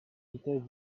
vitesse